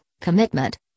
commitment